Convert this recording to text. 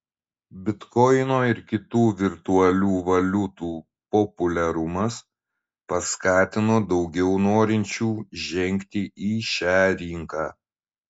bitkoino ir kitų virtualių valiutų populiarumas paskatino daugiau norinčių žengti į šią rinką